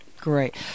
Great